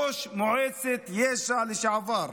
ראש מועצת יש"ע לשעבר.